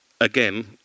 again